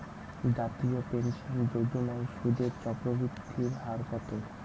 জাতীয় পেনশন যোজনার সুদের চক্রবৃদ্ধি হার কত?